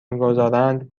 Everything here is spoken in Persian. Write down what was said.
میگذارند